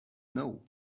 know